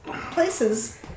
places